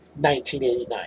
1989